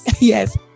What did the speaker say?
yes